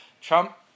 Trump